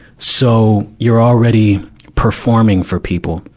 so, you're already performing for people,